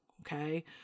Okay